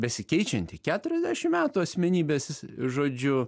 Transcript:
besikeičianti keturiasdešim metų asmenybės žodžiu